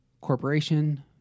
corporation